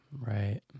Right